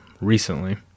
recently